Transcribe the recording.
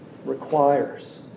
requires